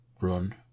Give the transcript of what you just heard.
run